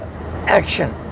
action